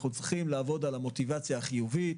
אנחנו צריכים לעבוד על המוטיבציה החיובית.